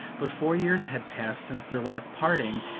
but four years had passed since their last parting,